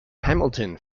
hamilton